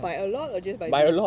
by a lot or just by a